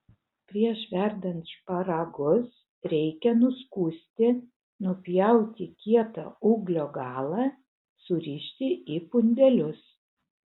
prieš verdant šparagus reikia nuskusti nupjauti kietą ūglio galą surišti į pundelius